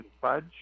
fudge